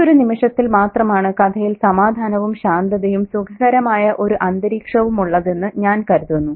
ഈയൊരു നിമിഷത്തിൽ മാത്രമാണ് കഥയിൽ സമാധാനവും ശാന്തതയും സുഖകരമായ ഒരു അന്തരീക്ഷവുമുള്ളതെന്ന് ഞാൻ കരുതുന്നു